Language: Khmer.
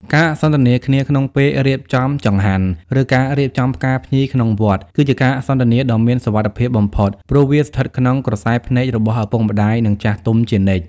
ការសន្ទនាគ្នាក្នុងពេលរៀបចំចង្ហាន់ ឬការរៀបចំផ្កាភ្ញីក្នុងវត្ត គឺជាការសន្ទនាដ៏មានសុវត្ថិភាពបំផុត ព្រោះវាស្ថិតក្នុងក្រសែភ្នែករបស់ឪពុកម្ដាយ និងចាស់ទុំជានិច្ច។